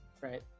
right